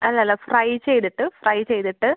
അല്ല അല്ല ഫ്രൈ ചെയ്തിട്ട് ഫ്രൈ ചെയ്തിട്ട്